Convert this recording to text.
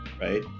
right